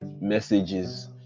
messages